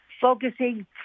focusing